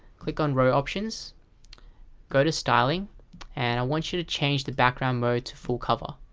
click on row options go to styling and i want you to change the background mode to full cover